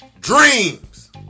dreams